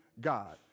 God